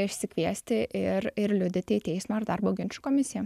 išsikviesti ir ir liudyti į teismo ar darbo ginčų komisija